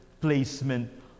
placement